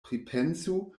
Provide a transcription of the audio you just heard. pripensu